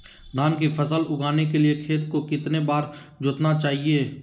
धान की फसल उगाने के लिए खेत को कितने बार जोतना चाइए?